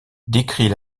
décrit